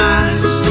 eyes